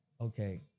okay